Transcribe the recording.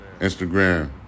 Instagram